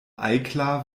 eiklar